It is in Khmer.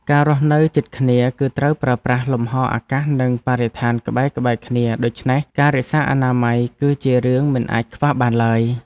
ការរស់នៅជិតគ្នាគឺត្រូវប្រើប្រាស់លំហអាកាសនិងបរិស្ថានក្បែរៗគ្នាដូច្នេះការរក្សាអនាម័យជារឿងមិនអាចខ្វះបានឡើយ។